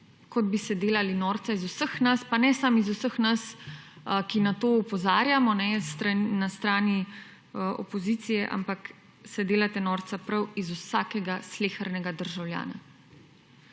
kot bi se delali norca iz vseh nas, pa ne samo iz vseh nas, ki na to opozarjamo na strani opozicije, ampak se delate norca prav iz vsakega slehernega državljana.